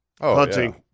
hunting